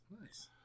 Nice